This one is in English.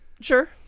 Sure